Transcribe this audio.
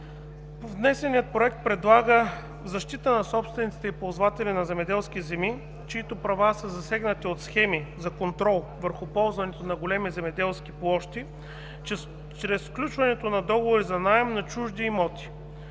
Внесеният Законопроект предлага защита на собствениците и ползватели на земеделски земи, чиито права са засегнати от схеми за контрол върху ползването на големи земеделски площи чрез сключването на договори за наем на чужди имоти.